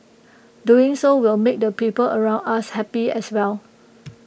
doing so will make the people around us happy as well